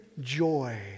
joy